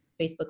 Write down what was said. Facebook